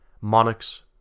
Monarchs